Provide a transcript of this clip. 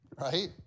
right